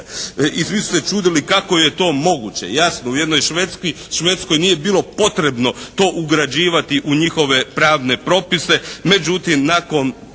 i svi su se čudili kako je to moguće. Jasno, u jednoj Švedskoj nije bilo potrebno to ugrađivati u njihove pravne propise, međutim nakon